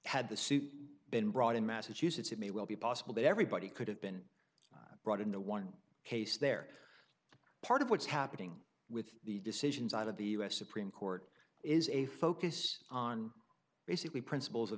had the suit been brought in massachusetts it may well be possible that everybody could have been brought into one case they're part of what's happening with the decisions out of the u s supreme court is a focus on basically principles